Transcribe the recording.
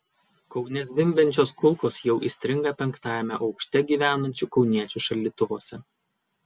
kaune zvimbiančios kulkos jau įstringa penktajame aukšte gyvenančių kauniečių šaldytuvuose